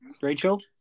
Rachel